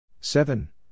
Seven